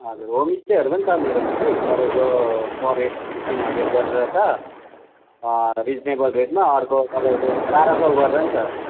हजुर होमस्टेहरू पनि छ मेरोमा कि तपाईँको पर हेड फिफ्टिन हन्ड्रेड गरेर छ रिजनेबल रेटमा अर्को तपाईँको बाह्र सय गरेर पनि छ